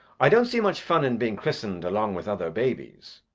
i don't see much fun in being christened along with other babies.